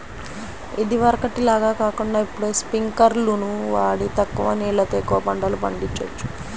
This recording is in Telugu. ఇదివరకటి లాగా కాకుండా ఇప్పుడు స్పింకర్లును వాడి తక్కువ నీళ్ళతో ఎక్కువ పంటలు పండిచొచ్చు